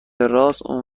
راست، اون